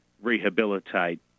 Rehabilitate